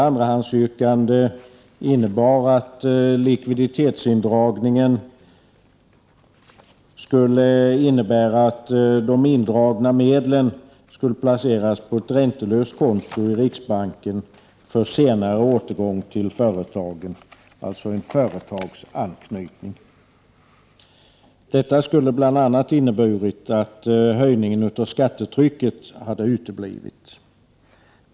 Andrahandsyrkandet innebar att de indragna medlen skulle placeras på ett räntelöst konto i riksbanken för senare återgång till företagen, alltså en företagsanknytning. Detta skulle bl.a. ha inneburit att höjningen av skattetrycket hade uteblivit.